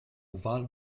oval